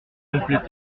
bonheur